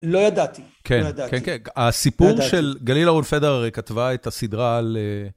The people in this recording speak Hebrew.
לא ידעתי, לא ידעתי. הסיפור של גליל אהרון פדר הרי כתבה את הסדרה על...